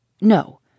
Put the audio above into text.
No